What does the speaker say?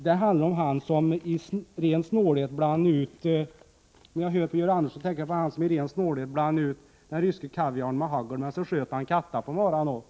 Den handlar om honom som i ren snålhet blandade ut den ryska kaviaren med hagel och sedan sköt katten på morgonen.